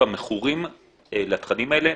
כבר מכורים לתכנים האלה,